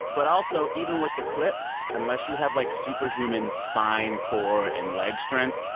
but also even with the clips unless you have, like, superhuman spine, core and leg strength,